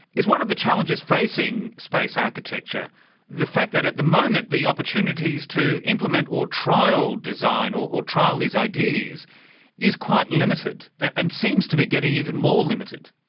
is one of the challenges facing space architecture the fact that at the moment the opportunities to implement or trial design or or trial these ideas is quite limited and seems to be getting even more limited?